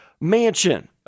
mansion